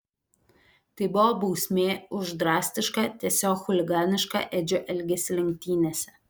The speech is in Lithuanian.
tai buvo bausmė už drastišką tiesiog chuliganišką edžio elgesį lenktynėse